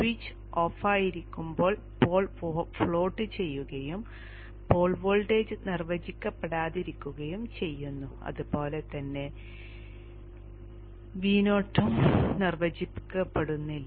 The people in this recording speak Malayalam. സ്വിച്ച് ഓഫായിരിക്കുമ്പോൾ പോൾ ഫ്ലോട്ട് ചെയ്യുകയും പോൾ വോൾട്ടേജ് നിർവചിക്കപ്പെടാതിരിക്കുകയും ചെയ്യുന്നു അതുപോലെ തന്നെ Vo യും നിർവചിക്കപ്പെടുന്നില്ല